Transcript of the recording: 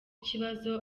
ikibazo